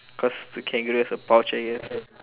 cause the kangaroo has a pouch I guess